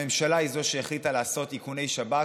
הממשלה היא זאת שהחליטה לעשות איכוני שב"כ,